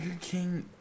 King